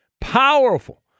powerful